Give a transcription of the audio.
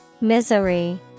Misery